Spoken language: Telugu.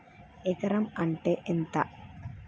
ఎకరం అంటే ఎంత?